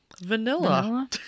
vanilla